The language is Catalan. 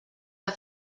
que